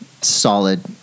Solid